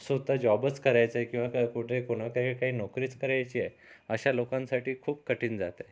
स्वतः जॉबच करायचाय किंवा कुठे कोणा काही काही नोकरीच करायची आहे अशा लोकांसाठी खूप कठीण जात आहे